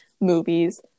movies